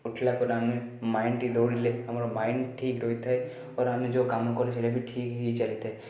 ଉଠିବା ପରେ ଆମେ ମାଇଣ୍ଡ୍ଟି ଦୌଡ଼ିଲେ ଆମ ମାଇଣ୍ଡ୍ ଠିକ୍ ରହିଥାଏ ଆଉ ଆମେ ଯେଉଁ କାମ କରୁ ସେଇଟା ବି ଠିକ୍ ହେଇ ଚାଲିଥାଏ